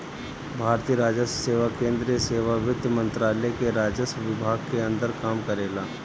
भारतीय राजस्व सेवा केंद्रीय सेवा वित्त मंत्रालय के राजस्व विभाग के अंदर काम करेला